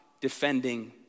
defending